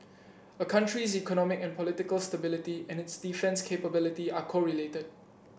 a country's economic and political stability and its defence capability are correlated